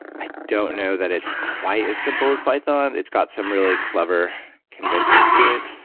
i don't know that it's quiet as simple as python. it's got some really clever conventions to it.